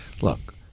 look